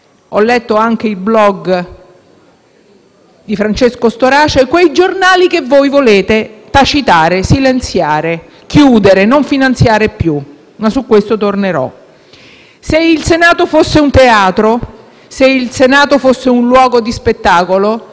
di Francesco Storace), che voi volete tacitare, silenziare, chiudere e non finanziare più (ma su questo tornerò). Se il Senato fosse un teatro, se il Senato fosse un luogo di spettacolo, noi oggi saremmo